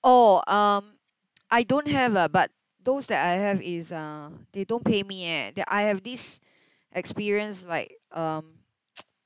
oh um I don't have lah but those that I have is uh they don't pay me eh th~ I have this experience like um